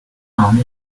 found